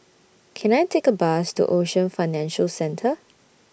Can I Take A Bus to Ocean Financial Centre